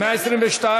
122?